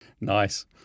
nice